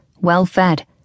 well-fed